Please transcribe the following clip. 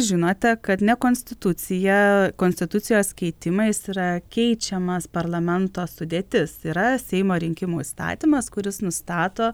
žinote kad ne konstitucija konstitucijos keitimais yra keičiamas parlamento sudėtis yra seimo rinkimų įstatymas kuris nustato